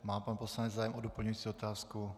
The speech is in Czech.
Má pan poslanec zájem o doplňující otázku?